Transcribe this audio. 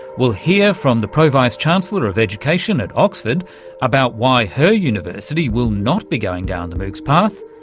we'll hear from the pro vice-chancellor of education at oxford about why her university will not be going down the moocs path,